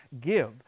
give